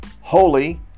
holy